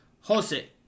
Jose